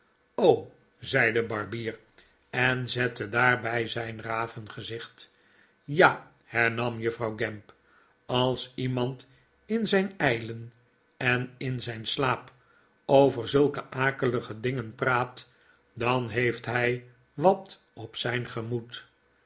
zei de barbier en zette daarbij zijn ravengezicht ja hernam juffrouw gamp ais iemand in zijn ijlen en in zijn slaap over zulke akelige dingen praat dan heeft hij wat op zijn gemoed